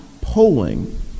polling